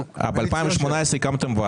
ואנחנו מורידים רגולציה מהדברים שהם צריכים לעשות,